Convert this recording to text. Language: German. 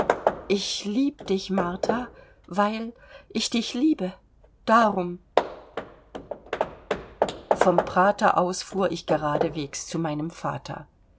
ich lieb dich martha weil ich dich liebe darum vom prater aus fuhr ich geradewegs zu meinem vater